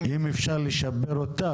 אם אפשר לשפר אותה,